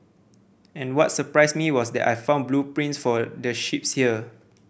and what surprised me was that I found blueprints for the ships here